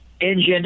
engine